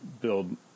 build